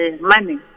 money